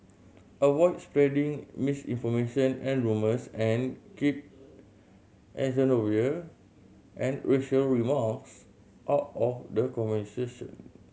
avoid spreading misinformation and rumours and keep xenophobia and racial remarks out of the conversation